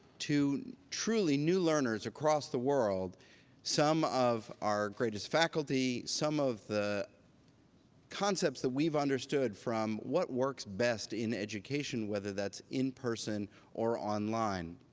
to truly new learners across the world some of our greatest faculty, some of the concepts that we've understood from what works best in education, whether that's in person or online.